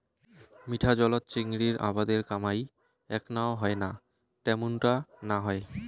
মিঠা জলত চিংড়ির আবাদের কামাই এ্যাকনাও হয়না ত্যামুনটা না হয়